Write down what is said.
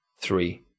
three